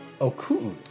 Oku